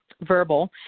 verbal